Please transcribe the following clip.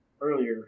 earlier